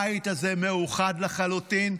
הבית הזה מאוחד לחלוטין,